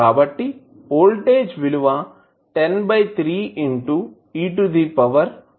కాబట్టి voltage V విలువ 103 into e to the power 2t3 volts అవుతుంది